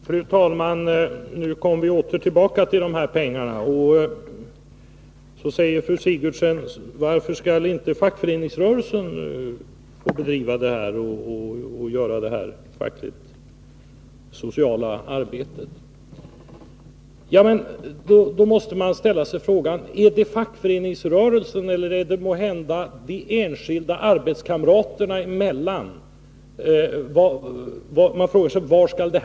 Fru talman! Nu kommer vi åter tillbaka till frågan om de här pengarna. Fru Sigurdsen frågar varför inte fackföreningsrörelsen skall få bedriva den här verksamheten och göra det här fackligt-sociala arbetet? Då måste man fråga sig om det är fackföreningsrörelsen eller de enskilda arbetskamraterna som skall göra det.